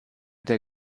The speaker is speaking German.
der